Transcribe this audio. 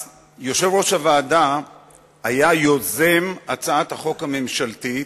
יושב-ראש הוועדה היה יוזם הצעת החוק הממשלתית,